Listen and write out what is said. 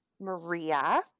Maria